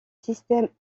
systèmes